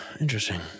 interesting